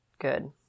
good